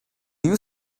you